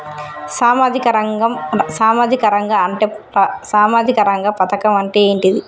సామాజిక రంగ పథకం అంటే ఏంటిది?